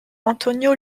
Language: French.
antonio